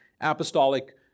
apostolic